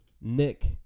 Nick